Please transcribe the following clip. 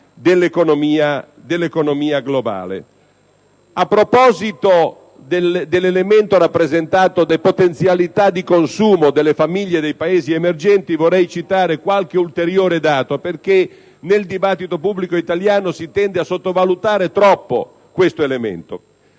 dell'economia globale. A proposito dell'elemento rappresentato dalle potenzialità di consumo delle famiglie dei Paesi emergenti, vorrei citare qualche ulteriore dato perché nel dibattito pubblico italiano si tende a sottovalutare troppo questo elemento.